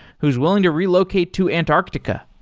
who's willing to relocate to antarctica.